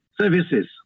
services